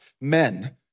men